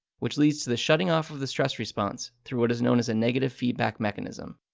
which leads to the shutting off of the stress response through what is known as a negative feedback mechanism.